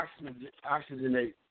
oxygenate